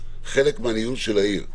העיר.